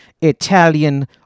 Italian